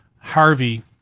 Harvey